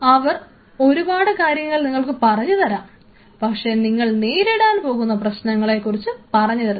അവർ ഒരുപാട് കാര്യങ്ങൾ നിങ്ങൾക്ക് പറഞ്ഞു തരാം പക്ഷേ നിങ്ങൾ നേരിടാൻ പോകുന്ന പ്രശ്നങ്ങളെക്കുറിച്ച് പറഞ്ഞു തരില്ല